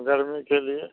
गर्मी के लिए